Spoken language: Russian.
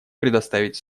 предоставить